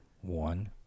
One